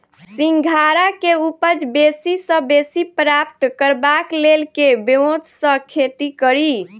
सिंघाड़ा केँ उपज बेसी सऽ बेसी प्राप्त करबाक लेल केँ ब्योंत सऽ खेती कड़ी?